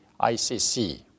ICC